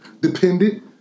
dependent